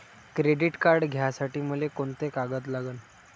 Credit card घ्यासाठी मले कोंते कागद लागन?